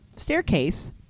Staircase